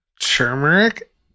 Turmeric